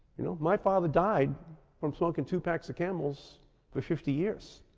you know, my father died from smoking two packs of camels for fifty years.